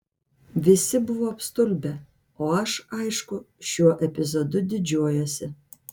visi buvo apstulbę o aš aišku šiuo epizodu didžiuojuosi